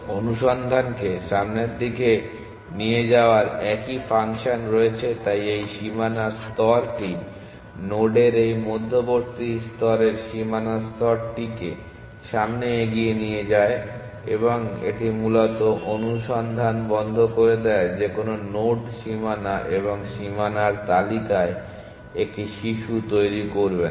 অনুসন্ধানকে সামনের দিকে নিয়ে যাওয়ার একই ফাংশন রয়েছে তাই এই সীমানার স্তরটি নোডের এই মধ্যবর্তী স্তরের সীমানা স্তরটিকে সামনে এগিয়ে নিয়ে যায় এবং এটি মূলত অনুসন্ধান বন্ধ করে দেয় যেকোন নোড সীমানা এবং সীমানার তালিকায় একটি শিশু তৈরি করবে না